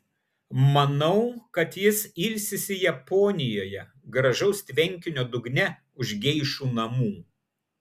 manau kad jis ilsisi japonijoje gražaus tvenkinio dugne už geišų namų